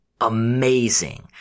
amazing